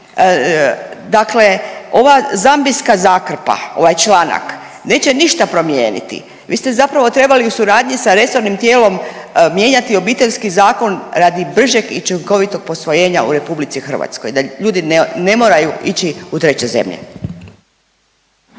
Dakle, ova zambijska zakrpa ovaj članak neće ništa promijeniti. Vi ste zapravo trebali u suradnji sa resornim tijelom mijenjati Obiteljski zakon radi bržeg i učinkovitijeg posvojenja u RH da ljudi ne moraju ići u treće zemlje.